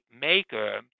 maker